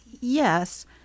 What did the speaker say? Yes